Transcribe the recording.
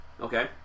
Okay